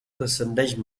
descendeix